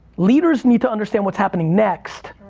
leaders need to understand what's happening next,